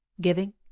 Giving